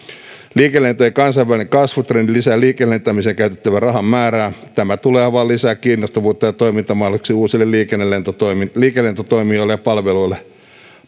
liikelentojen kansainvälinen kasvutrendi lisää liikelentämiseen käytettävän rahan määrää tämä tulee avaamaan lisää kiinnostavuutta ja toimintamahdollisuuksia uusille liikelentotoimijoille liikelentotoimijoille ja palveluille